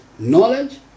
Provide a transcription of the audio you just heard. Knowledge